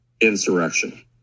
insurrection